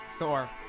Thor